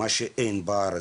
מה שאין בארץ,